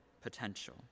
potential